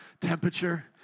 temperature